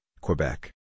Quebec